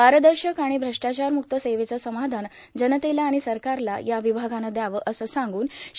पारदर्शक आणि भष्ट्राचारमुक्त सेवेचं समाधान जनतेला आणि सरकारला या विभागानं द्यावं असं सांग्रन श्री